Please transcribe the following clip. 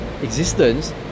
existence